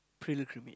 pilgrimage